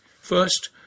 First